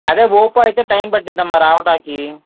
అదే ఒప్పో అయితే టైమ్ పడుతుందమ్మా రావడానికి